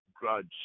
grudge